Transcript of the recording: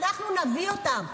אנחנו נביא אותם.